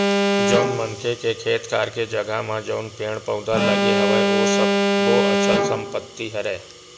जउन मनखे के खेत खार के जघा म जउन पेड़ पउधा लगे हवय ओ सब्बो अचल संपत्ति हरय